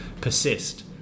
persist